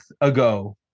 ago